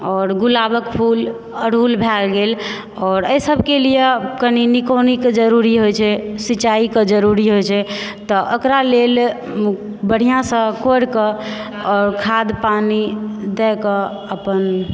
आओर गुलाबक फूल अरहूल भय गेल आओर एहिसभके लियऽ कनि निकोनिक जरूरी होइ छै सिंचाइ के जरूरी होइ छै तऽ अकरा लेल बढ़िऑंसँ कोरि कऽ आओर खाद पानी दय कऽ अपन